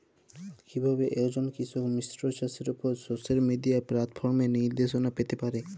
কিভাবে একজন কৃষক মিশ্র চাষের উপর সোশ্যাল মিডিয়া প্ল্যাটফর্মে নির্দেশনা পেতে পারে?